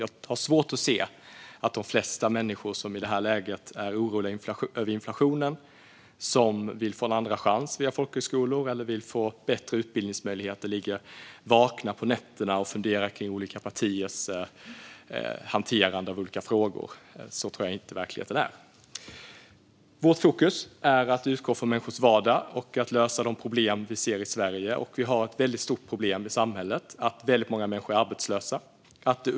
Jag har svårt att se att människor som i det här läget är oroliga över inflationen, som vill få en andra chans via folkhögskolor eller få bättre utbildningsmöjligheter, ligger vakna på nätterna och funderar över olika partiers hantering av olika frågor. Så tror jag inte att verkligheten är. Vårt fokus är att utgå från människors vardag och att lösa de problem vi kan se i Sverige. Det finns ett stort problem i samhället: att många människor är arbetslösa.